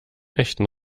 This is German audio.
echten